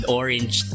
orange